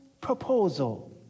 proposal